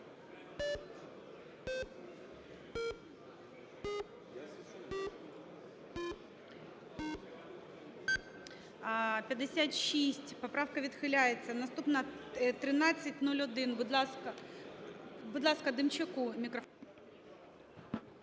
Поправка відхиляється Наступна - 1301. Будь ласка, Демчаку мікрофон.